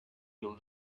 you